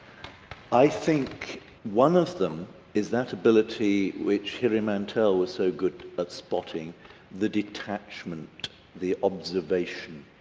i think one of them is that ability which here in mantel was so good at spotting the detachment the observation,